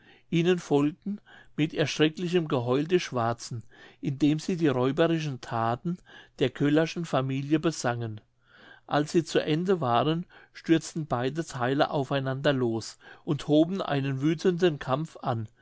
ihnen folgten mit erschrecklichem geheul die schwarzen indem sie die räuberischen thaten der köllerschen familie besangen als sie zu ende waren stürzten beide theile auf einander los und hoben einen wüthenden kampf an